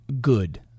good